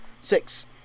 Six